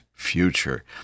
future